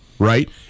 Right